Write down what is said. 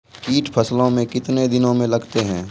कीट फसलों मे कितने दिनों मे लगते हैं?